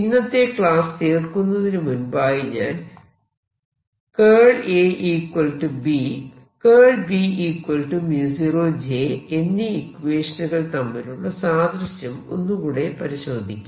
ഇന്നത്തെ ക്ലാസ് തീർക്കുന്നതിന് മുൻപായി ഞാൻ A B B 0 j എന്നീ ഇക്വേഷനുകൾ തമ്മിലുള്ള സാദൃശ്യം ഒന്നുകൂടെ പരിശോധിക്കാം